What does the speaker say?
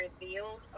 revealed